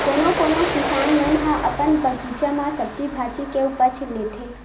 कोनो कोनो किसान मन ह अपन बगीचा म सब्जी भाजी के उपज लेथे